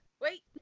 Wait